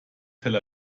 tel